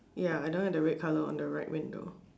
ya I don't have the red colour on the right window